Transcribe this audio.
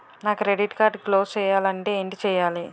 నా credit card close చేయాలంటే ఏంటి చేయాలి?